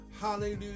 hallelujah